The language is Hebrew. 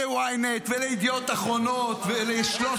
ל-ynet, לידיעות אחרונות ול-13.